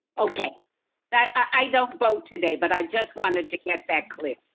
okay that i don't vote today, but i just wanted to get that clip.